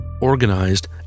organized